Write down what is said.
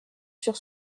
sur